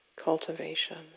cultivation